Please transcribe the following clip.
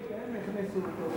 הם הכניסו אותו.